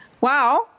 Wow